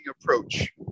approach